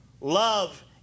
Love